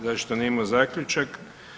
Zašto nije imao zaključak?